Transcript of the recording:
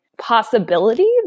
possibility